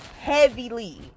heavily